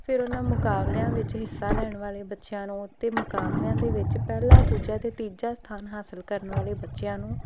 ਫਿਰ ਉਹਨਾਂ ਮੁਕਾਬਲਿਆਂ ਵਿੱਚ ਹਿੱਸਾ ਲੈਣ ਵਾਲੇ ਬੱਚਿਆਂ ਨੂੰ ਉੱਤੇ ਮੁਕਾਬਲਿਆਂ ਦੇ ਵਿੱਚ ਪਹਿਲਾ ਦੂਜਾ ਅਤੇ ਤੀਜਾ ਸਥਾਨ ਹਾਸਿਲ ਕਰਨ ਵਾਲੇ ਬੱਚਿਆਂ ਨੂੰ